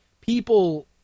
people